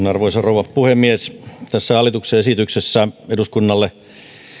arvoisa rouva puhemies tässä hallituksen esityksessä eduskunnalle